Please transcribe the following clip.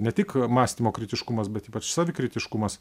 ne tik mąstymo kritiškumas bet ypač savikritiškumas